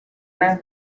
gran